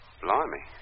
blimey